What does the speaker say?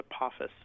Apophis